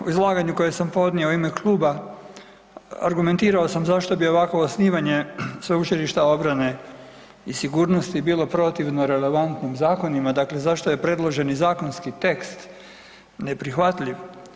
U izlaganju koje sam podnio u ime kluba argumentirao sam zašto bi ovakvo osnivanje Sveučilišta obrane i sigurnosti bilo protivno relevantnim zakonima, dakle, zašto je predloženi zakonski tekst neprihvatljiv.